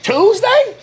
Tuesday